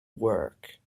work